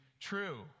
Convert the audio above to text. true